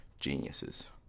geniuses